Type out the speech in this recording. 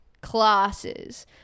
classes